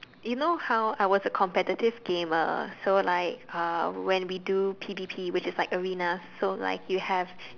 you know how I was a competitive gamer so like uh when we do P_D_P which is like arenas so like you have